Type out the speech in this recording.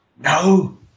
No